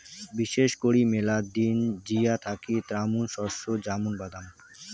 বিশেষ করি মেলা দিন জিয়া থাকি এ্যামুন শস্য য্যামুন বাদাম